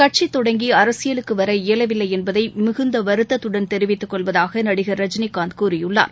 கட்சித் தொடங்கி அரசியலுக்கு வர இயலவில்லை என்பதை மிகுந்த வருத்தத்துடன் தெரிவித்துக் கொள்வதாக நடிகள் ரஜினிகாந்த் கூறியுள்ளார்